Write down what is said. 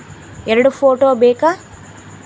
ಎರಡು ಫೋಟೋ ಬೇಕಾ?